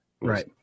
Right